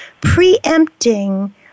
preempting